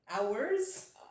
Hours